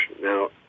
Now